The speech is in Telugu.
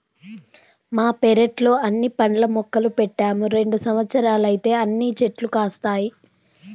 మా పెరట్లో అన్ని పండ్ల మొక్కలు పెట్టాము రెండు సంవత్సరాలైతే అన్ని చెట్లు కాస్తాయి